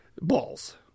balls